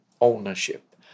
ownership